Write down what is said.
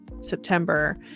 September